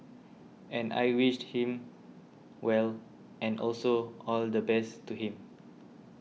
and I wished him well and also all the best to him